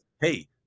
Hey